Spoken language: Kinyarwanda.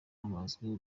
bazwiho